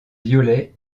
violet